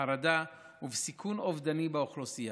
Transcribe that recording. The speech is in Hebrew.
בחרדה ובסיכון אובדני באוכלוסייה.